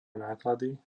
náklady